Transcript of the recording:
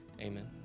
amen